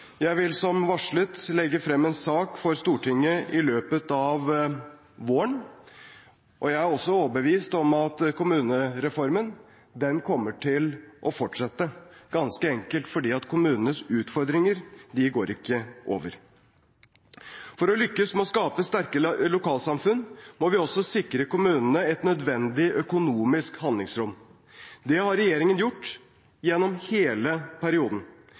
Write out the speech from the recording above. Jeg vil som varslet legge frem en sak for Stortinget i løpet av våren, og jeg er også overbevist om at kommunereformen kommer til å fortsette, ganske enkelt fordi kommunenes utfordringer ikke går over. For å lykkes med å skape sterke lokalsamfunn må vi også sikre kommunene et nødvendig økonomisk handlingsrom. Det har regjeringen gjort gjennom hele perioden.